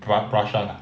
pra~ prashan ah